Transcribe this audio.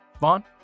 vaughn